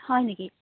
হয় নেকি